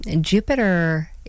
Jupiter